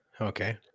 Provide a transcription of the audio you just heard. Okay